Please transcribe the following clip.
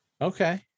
okay